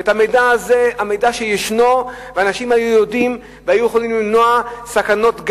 המידע הזה הוא מידע שישנו ואנשים היו יודעים ויכולים למנוע סכנות,